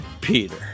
Peter